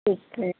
ਠੀਕ ਹੈ